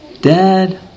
Dad